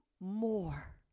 more